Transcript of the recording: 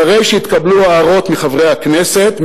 אחרי שיתקבלו הערות מחברי הכנסת,